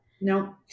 No